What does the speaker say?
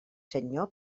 senyor